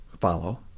follow